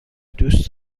دوست